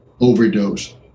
overdose